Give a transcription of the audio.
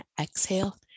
exhale